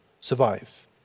survive